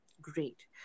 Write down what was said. Great